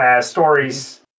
Stories